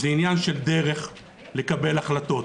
זה עניין של דרך לקבל החלטות.